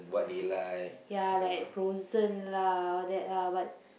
ya like Frozen lah all that lah but